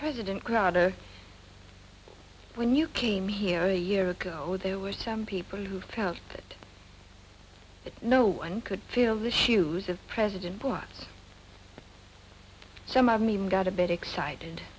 president carter when you came here a year ago there were some people who felt that no one could fill the shoes of president bush so my me even got a bit excited